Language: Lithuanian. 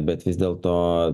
bet vis dėl to